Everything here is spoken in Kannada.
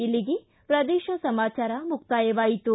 ಇಲ್ಲಿಗೆ ಪ್ರದೇಶ ಸಮಾಚಾರ ಮುಕ್ತಾಯವಾಯಿತು